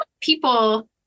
people